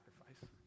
sacrifice